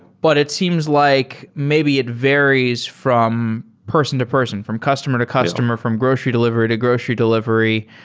but it seems like maybe it varies from person to person, from customer to customer, from grocery delivery to grocery delivery.